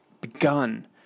begun